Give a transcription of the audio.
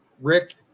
Rick